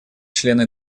члены